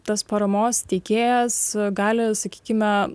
tas paramos teikėjas gali sakykime